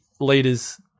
leaders